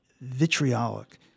vitriolic